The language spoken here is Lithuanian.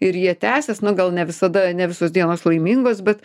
ir jie tęsias na gal ne visada ne visos dienos laimingos bet